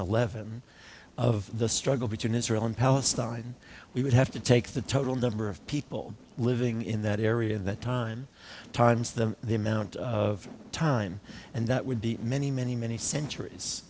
eleven of the struggle between israel and palestine we would have to take the total number of people living in that area in the time times them the amount of time and that would be many many many centuries